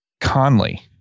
Conley